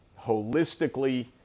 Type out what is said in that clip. holistically